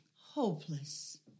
Hopeless